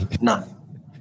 None